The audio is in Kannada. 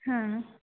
ಹಾಂ